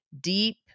deep